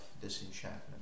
disenchantment